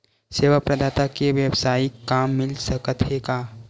सेवा प्रदाता के वेवसायिक काम मिल सकत हे का?